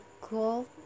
cool